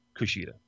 Kushida